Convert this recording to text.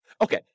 Okay